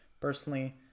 personally